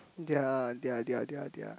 their their their their their